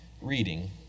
reading